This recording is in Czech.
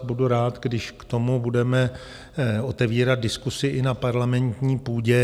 Budu rád, když k tomu budeme otevírat diskusi i na parlamentní půdě.